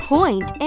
Point